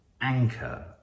anchor